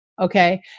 Okay